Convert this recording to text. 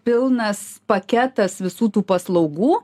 pilnas paketas visų tų paslaugų